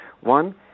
one